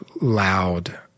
loud